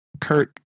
Kurt